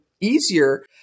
easier